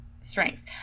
strengths